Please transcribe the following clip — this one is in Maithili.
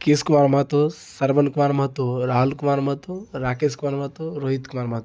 कृस कुमार महतो श्रवण कुमार महतो राहुल कुमार महतो राकेश कुमार महतो रोहित कुमार महतो